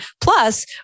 Plus